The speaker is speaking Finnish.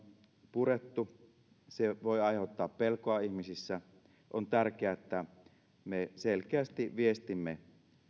purettu se voi aiheuttaa pelkoa ihmisissä on tärkeää että me selkeästi viestimme